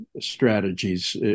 strategies